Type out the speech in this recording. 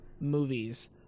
movies